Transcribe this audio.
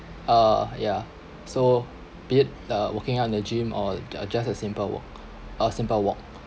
uh ya so be it uh working on the gym or ju~ just a simple walk a simple walk